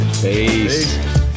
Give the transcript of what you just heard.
Peace